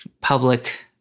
public